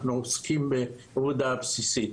אנחנו עוסקים בעבודה הבסיסית.